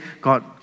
God